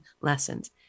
lessons